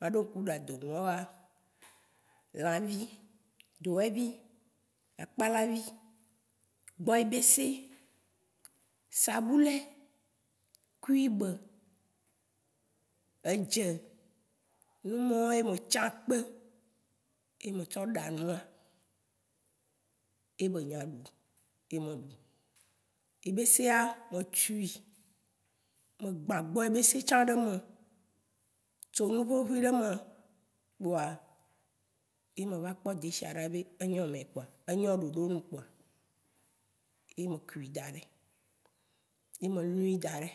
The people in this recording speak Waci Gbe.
maɖoku ademea woa, lãvi, doɛvi, akpalavi, gbɔyebese, sabulɛ, kube, Edze, numɔwo ye me tsãkpe ye me tsɔ ɖa nua ye be nyaɖuɖu ye meɖu. yebesea, me tsui megbã gbɔ yebesea tsã demè. tso nuʋeʋui demè kpoa, Yi me va kpɔ desia ɖa be enyɔmɛ kpoa, enyɔ ɖoɖonu kpoa, ye me kui daɖè, ye me luĩ daɖe.